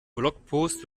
blogpost